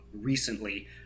recently